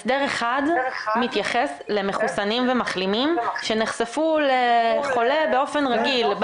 הסדר אחד מתייחס למחוסנים ומחלימים שנחשפו לחולה באופן רגיל,